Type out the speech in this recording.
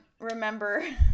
remember